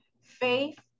faith